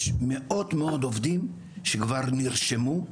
יש מאות עובדים שכבר נרשמו.